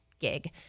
gig